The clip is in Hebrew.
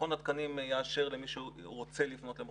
מכון התקנים יאשר למי שרוצה לפנות למכון התקנים